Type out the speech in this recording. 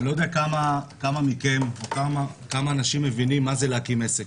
אני לא יודע כמה מכם מבינים מה זה להקים עסק.